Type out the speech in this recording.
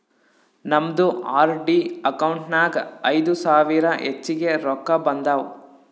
ನಮ್ದು RD account ನಾಗ್ ಐಯ್ದ ಸಾವಿರ ಹೆಚ್ಚಿಗೆ ರೊಕ್ಕಾ ಬಂದಾವ್